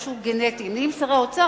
משהו גנטי: נהיים שרי אוצר,